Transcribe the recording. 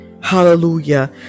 Hallelujah